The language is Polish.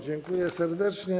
Dziękuję serdecznie.